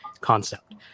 concept